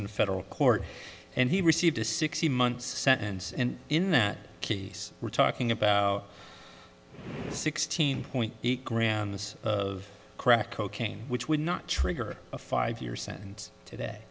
in federal court and he received a sixty months sentence and in that case we're talking about sixteen point eight grams of crack cocaine which would not trigger a five